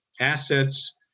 assets